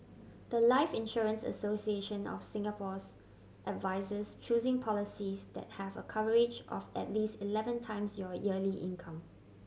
the life Insurance Association of Singapore's advises choosing policies that have a coverage of at least eleven times your yearly income